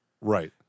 Right